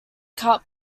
cut